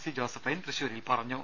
C Josephine തൃശൂരിൽ പറഞ്ഞു